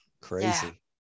crazy